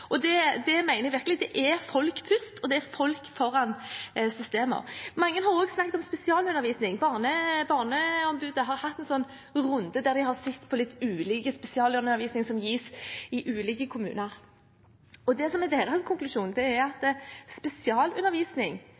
mener jeg virkelig: Det er folk først, og det er folk foran systemer. Mange har også snakket om spesialundervisning. Barneombudet har hatt en runde der de har sett på litt ulik spesialundervisning som gis i ulike kommuner. Det som er deres konklusjon, er at spesialundervisning fungerer når det er god spesialundervisning.